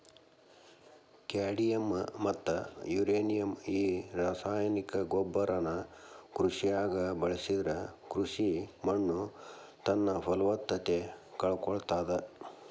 cadmium ಮತ್ತ uranium ಈ ರಾಸಾಯನಿಕ ಗೊಬ್ಬರನ ಕೃಷಿಯಾಗ ಬಳಸಿದ್ರ ಕೃಷಿ ಮಣ್ಣುತನ್ನಪಲವತ್ತತೆ ಕಳಕೊಳ್ತಾದ